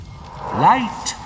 Light